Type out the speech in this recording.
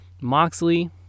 Moxley